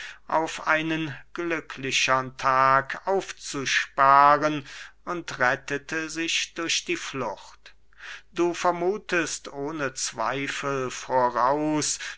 auf einen glücklichern tag aufzusparen und rettete sich durch die flucht du vermuthest ohne zweifel voraus